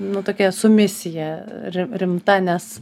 nu tokia su misija rimta nes